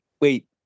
Wait